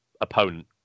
opponent